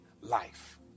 life